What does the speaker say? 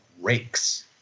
rakes